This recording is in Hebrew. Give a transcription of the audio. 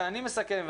ואני מסכם,